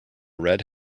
red